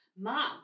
Mom